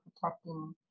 protecting